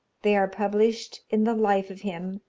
they are published in the life of him,